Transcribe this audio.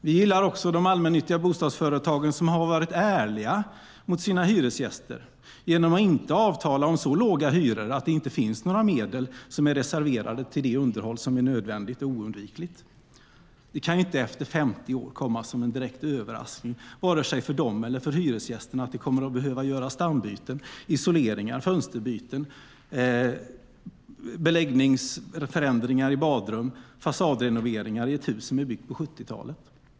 Vi gillar också de allmännyttiga bostadsföretag som varit ärliga mot sina hyresgäster genom att inte avtala om så låga hyror att det inte finns några medel som är reserverade till det underhåll som är nödvändigt och oundvikligt. Det kan ju inte efter 50 år komma som en direkt överraskning vare sig för dem eller för hyresgästerna att det kommer att behöva göras stambyten, isolering, fönsterbyten, beläggningsförändringar i badrum och fasadrenoveringar i ett hus som är byggt på 70-talet.